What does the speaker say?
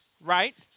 right